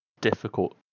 difficult